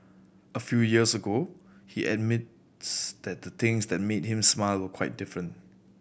a few years ago he admits that the things that made him smile were quite different